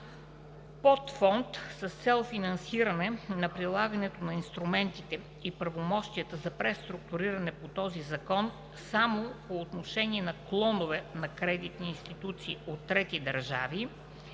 подфонд с цел финансиране на прилагането на инструментите и правомощията за преструктуриране по този закон само по отношение на клонове на кредитни институции от трети държави,